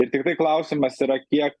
ir tiktai klausimas yra kiek